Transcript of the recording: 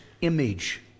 image